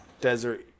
Desert